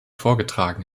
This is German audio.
vorgetragen